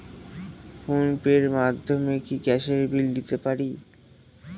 Phone pay র মাধ্যমে কি গ্যাসের বিল দিতে পারি?